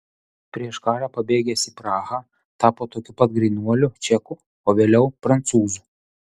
prieš karą pabėgęs į prahą tapo tokiu pat grynuoliu čeku o vėliau prancūzu